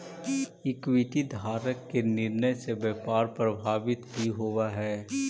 equity धारक के निर्णय से व्यापार प्रभावित भी होवऽ हइ